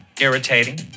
Irritating